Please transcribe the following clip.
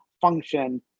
function